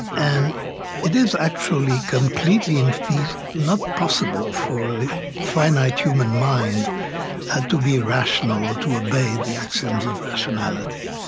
and it is actually completely and not not possible for a finite human mind ah to be rational or to obey the axioms of rationality.